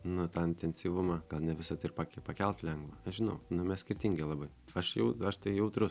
nu tą intensyvumą gal ne visad ir pak pakelt lengva nežinau nu mes skirtingi labai aš jau aš tai jautrus